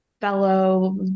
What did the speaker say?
fellow